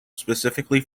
specifically